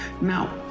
Now